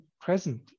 present